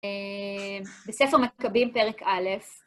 בספר מכבים, פרק א'